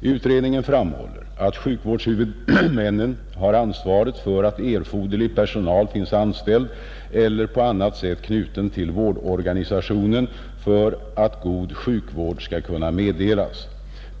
Utredningen framhåller att sjukvårdshuvudmännen har ansvaret för att erforderlig personal finns anställd eller på annat sätt är knuten till vårdorganisationen för att god sjukvård skall kunna meddelas.